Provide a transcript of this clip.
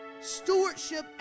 Stewardship